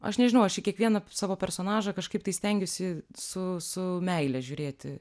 aš nežinau aš į kiekvieną savo personažą kažkaip tai stengiuosi su su meile žiūrėti